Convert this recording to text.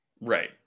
Right